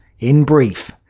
in brief,